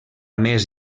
més